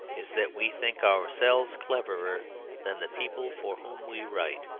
is that we think ourselves cleverer than the people for whom we write,